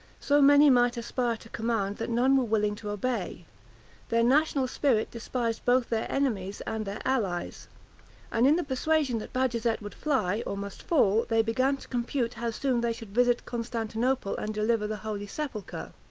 so many might aspire to command, that none were willing to obey their national spirit despised both their enemies and their allies and in the persuasion that bajazet would fly, or must fall, they began to compute how soon they should visit constantinople and deliver the holy sepulchre.